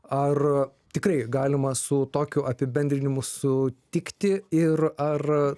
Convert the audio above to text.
ar tikrai galima su tokiu apibendrinimu sutikti ir ar